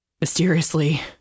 mysteriously